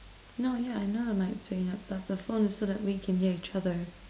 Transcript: no yeah I know I'm like the phone is so that we can hear each other